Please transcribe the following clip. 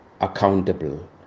accountable